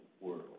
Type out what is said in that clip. world